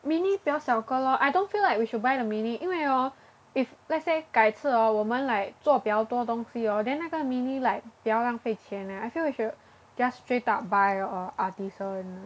mini 比较小个 lor I don't feel like we should buy the mini 因为 hor if let's say 改次 hor 我们 like 做比较多东西 hor then 那个 mini like 比较浪费钱 eh I feel we should just straight up buy a Artisan